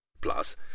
Plus